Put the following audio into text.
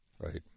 right